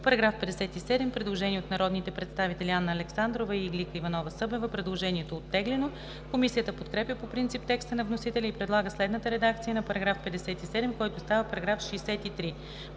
По § 57 има предложение от народните представители Анна Александрова и Иглика Иванова-Събева. Предложението е оттеглено. Комисията подкрепя по принцип текста на вносителя и предлага следната редакция на § 57, който става § 63: „§ 63.